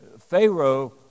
Pharaoh